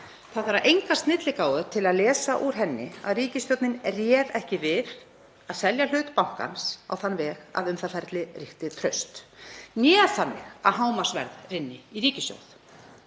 Það þarf enga snilligáfu til að lesa úr henni að ríkisstjórnin réð ekki við að selja hlut í banka á þann veg að um það ferli ríkti traust né þannig að hámarksverð rynni í ríkissjóð.